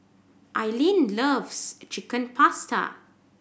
Aileen loves Chicken Pasta